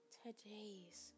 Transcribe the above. todays